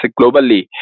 globally